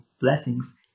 blessings